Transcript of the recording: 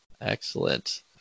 Excellent